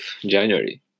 January